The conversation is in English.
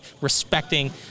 respecting